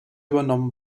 übernommen